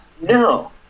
No